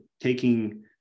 taking